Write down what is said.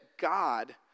God